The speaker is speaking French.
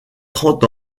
trente